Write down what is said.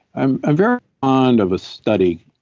i'm i'm very ah fond of a study,